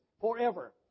Forever